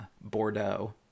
bordeaux